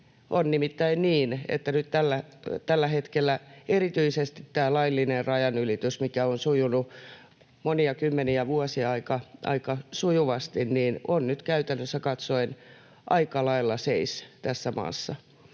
On nimittäin niin, että nyt tällä hetkellä erityisesti tämä laillinen rajanylitys, mikä on sujunut monia kymmeniä vuosia aika sujuvasti, on käytännössä katsoen aika lailla seis tässä maassa.